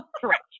correct